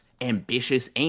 ambitious